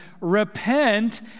Repent